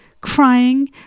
crying